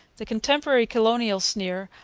the contemporary colonial sneer,